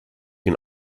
can